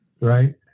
right